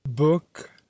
Book